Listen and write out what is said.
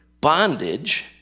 bondage